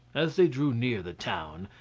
as they drew near the town,